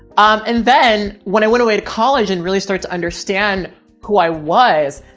um and then when i went away to college and really start to understand who i was,